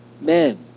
Men